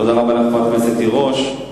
תודה רבה לחברת הכנסת תירוש.